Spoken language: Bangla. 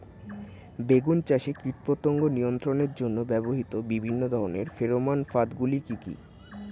বেগুন চাষে কীটপতঙ্গ নিয়ন্ত্রণের জন্য ব্যবহৃত বিভিন্ন ধরনের ফেরোমান ফাঁদ গুলি কি কি?